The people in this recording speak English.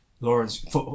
Lawrence